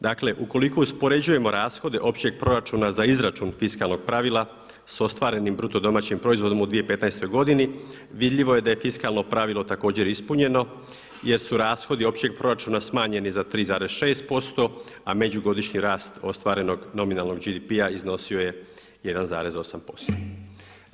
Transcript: Dakle ukoliko uspoređujemo rashode općeg proračuna za izračun fiskalnog pravila s ostvarenim BDP-om u 2015. godini vidljivo je da je fiskalno pravilo također ispunjeno jer su rashodi općeg proračuna smanjeni za 3,6% a međugodišnji rast ostvarenog nominalnog BDP-a iznosio je 1,8%